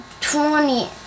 twenty